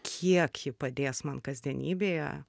kiek ji padės man kasdienybėje